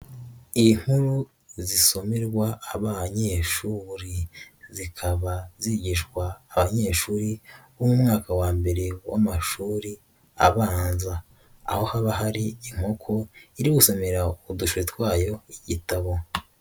Inkuru zisomerwa abanyeshuri, zikaba zigishwa abanyeshuri bo mu mwaka wa mbere w'amashuri abanza aho haba hari inkoko iri gusomera udushwi twayo igitabo.